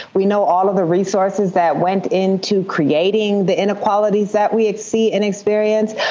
we know all of the resources that went into creating the inequalities that we see and experience.